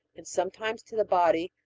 and sometimes to the body,